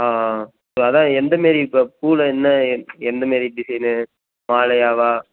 ஆ so அதுதான் எந்த மாரி இப்போ பூவில் என்ன எந்த மாரி டிசைனு மாலையாகவா